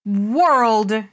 world